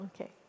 Okay